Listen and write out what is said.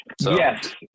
yes